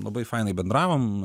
labai fainai bendravom